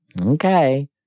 Okay